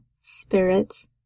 spirits